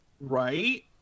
Right